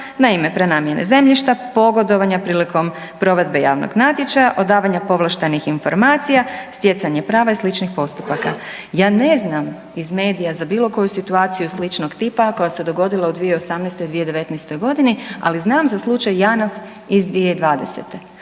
na ime prenamjene zemljišta, pogodovanja prilikom provedbe javnog natječaja, odavanja povlaštenih informacija, stjecanje prava i sličnih postupaka.“ Ja ne znam iz medija za bilo koju situaciju sličnog tipa a koja se dogodila u 2018., 2019. godini ali znam za slučaj Janaf iz 2020.